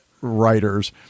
writers